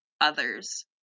others